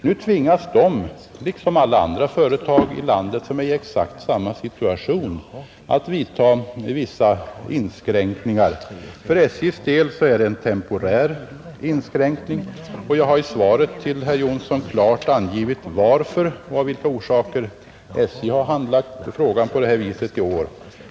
Nu tvingas de liksom alla andra företag i landet som är i exakt samma situation att vidta vissa inskränkningar. För SJ:s del är det en temporär inskränkning, och jag har i svaret till herr Jonsson klart angivit varför och av vilka orsaker SJ har handlagt saken på detta sätt i år.